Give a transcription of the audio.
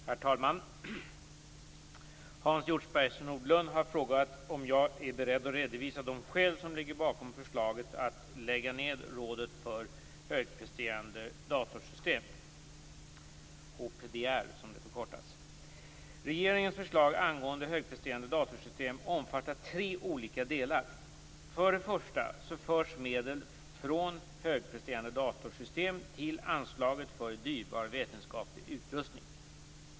Herr talman! Hans Hjortzberg-Nordlund har frågat om jag är beredd att redovisa de skäl som ligger bakom förslaget att lägga ned Rådet för högpresterande datorsystem, HPD-rådet. Regeringens förslag angående högpresterande datorsystem omfattar tre olika delar. För det första förs medel för högpresterande datorsystem till anslaget för dyrbar vetenskaplig utrustning.